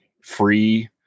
free